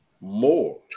more